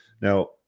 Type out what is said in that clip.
Now